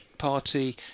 party